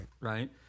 right